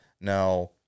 Now